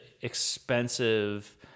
expensive